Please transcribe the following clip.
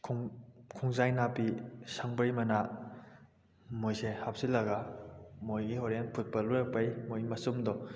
ꯈꯣꯡꯖꯥꯏ ꯅꯥꯄꯤ ꯁꯪꯕ꯭ꯔꯩ ꯃꯅꯥ ꯃꯣꯏꯁꯦ ꯍꯥꯞꯆꯤꯜꯂꯒ ꯃꯣꯏꯒꯤ ꯍꯣꯔꯦꯟ ꯐꯨꯠꯄ ꯂꯣꯏꯔꯛꯄꯩ ꯃꯣꯏ ꯃꯆꯨꯝꯗꯣ